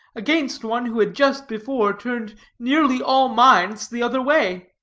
against one who had just before turned nearly all minds the other way.